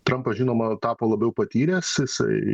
trampas žinoma tapo labiau patyręs jisai